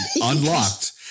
unlocked